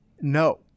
No